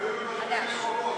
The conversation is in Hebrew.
חובות.